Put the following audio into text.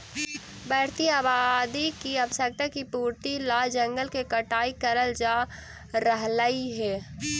बढ़ती आबादी की आवश्यकता की पूर्ति ला जंगल के कटाई करल जा रहलइ हे